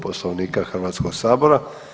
Poslovnika Hrvatskoga sabora.